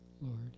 lord